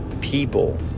people